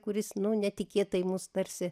kuris nu netikėtai mus tarsi